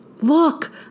Look